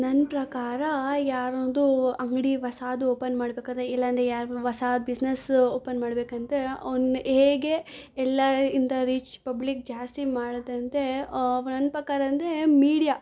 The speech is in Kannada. ನನ್ನ ಪ್ರಕಾರ ಯಾರದ್ದೋ ಅಂಗಡಿ ಹೊಸಾದು ಓಪನ್ ಮಾಡಬೇಕಂದ್ರೆ ಇಲ್ಲಾಂದರೆ ಯಾರ ಹೊಸ ಬಿಸ್ನೆಸ್ಸು ಓಪನ್ ಮಾಡಬೇಕಂದ್ರೆ ಅವ್ನ ಹೇಗೆ ಎಲ್ಲರಿಂದ ರೀಚ್ ಪಬ್ಲಿಕ್ ಜಾಸ್ತಿ ಮಾಡಿದಂತೆ ನನ್ನ ಪ್ರಕಾರ ಅಂದರೆ ಮೀಡ್ಯಾ